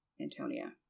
Antonia